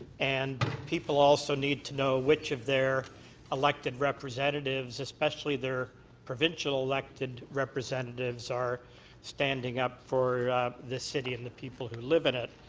and people also need to know which of their elected representatives, especially their provincial elected representatives are standing up for this city and the people who live in it.